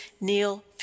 Neil